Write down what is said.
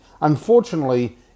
Unfortunately